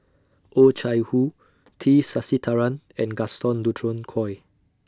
Oh Chai Hoo T Sasitharan and Gaston Dutronquoy